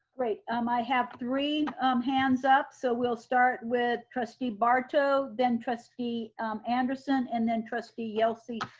right, um i have three um hands up. so we'll start with trustee barto, then trustee anderson and then trustee yelsey